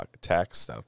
text